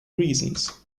reasons